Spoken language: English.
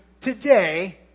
today